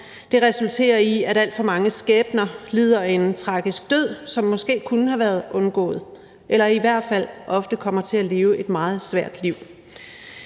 Det resulterer i, at alt for mange skæbner lider en tragisk død, som måske kunne have været undgået, eller i hvert fald ofte kommer til at leve et meget svært liv.